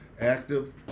active